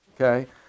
okay